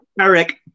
Eric